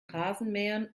rasenmähern